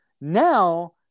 Now